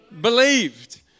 believed